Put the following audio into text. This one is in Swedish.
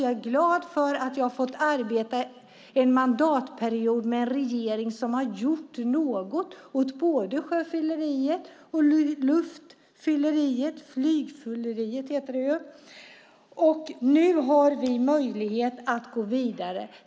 Jag är glad att jag har fått arbeta en mandatperiod med en regering som har gjort något åt både sjöfylleriet och flygfylleriet. Nu har vi möjlighet att gå vidare.